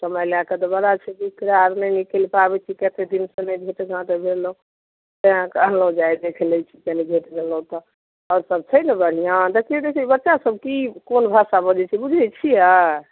समय लए कऽ तऽ बड़ा छै बिकराल नहि निकैलि पाबै छी कते दिन पर मे भेंटघाँट भेलहुॅं तैं कहलौं जे आइ देख लै छी कनी भेट गेलहुॅं तऽ आओर सब छै ने बढिआँ देखियौ तऽ बच्चा सब की कोन भाषा बजै छै बुझै छियै